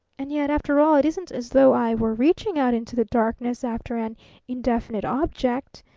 and yet after all, it isn't as though i were reaching out into the darkness after an indefinite object.